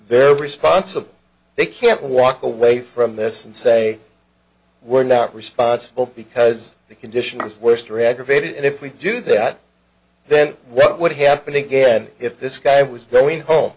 they're responsible they can't walk away from this and say we're not responsible because the condition is worst reactivated if we do that then what would happen again if this guy was going home